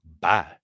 bye